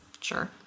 Sure